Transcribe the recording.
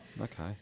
Okay